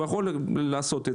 הוא יכול לעשות את זה.